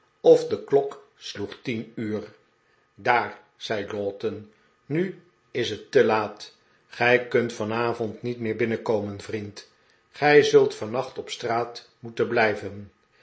of de klok sloeg tien uur daar zei lowten nu is het te laat gij kunt vanavond niet meer binnenkomen vriend gij zult vannacht op straat moeten blijven